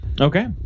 Okay